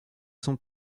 son